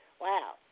Wow